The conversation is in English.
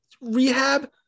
rehab